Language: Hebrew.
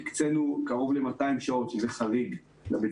הקצינו קרוב ל-200 שעות וזה חריג לבית